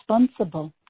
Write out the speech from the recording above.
responsible